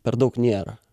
per daug nėra